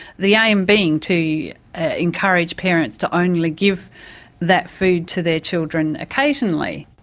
the aim being to encourage parents to only give that food to their children occasionally.